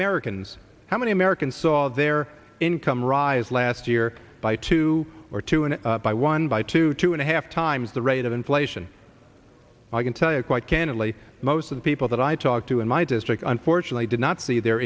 americans how many americans saw their income rise last year by two or two and by one by two two and a half times the rate of inflation i can tell you quite candidly most of the people that i talked to in my district unfortunately did not see their